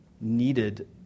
needed